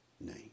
name